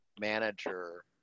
manager